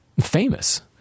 famous